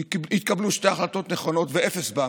כי התקבלו שתי החלטות נכונות, ואפס באמינות.